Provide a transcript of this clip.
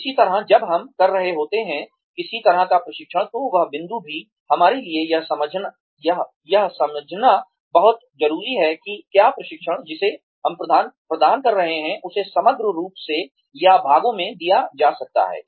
इसी तरह जब हम कर रहे होते हैं किसी तरह का प्रशिक्षण तो वह बिंदु भी हमारे लिए यह समझना बहुत जरूरी है कि क्या प्रशिक्षण जिसे हम प्रदान कर रहे हैं उसे समग्र रूप से या भागों में दिया जा सकता है